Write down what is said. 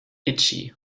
itchy